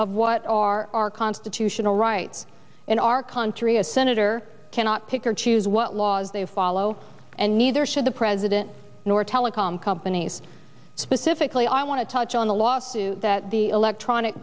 of what are our constitutional rights in our country a senator cannot pick or choose what laws they follow and neither should the president nor telecom companies specifically i want to touch on the lawsuit that the electronic